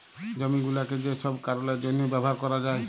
জমি গুলাকে যে ছব কারলের জ্যনহে ব্যাভার ক্যরা যায়